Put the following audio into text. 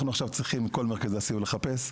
אנחנו עכשיו צריכים בכל מרכזי הסיוע לחפש?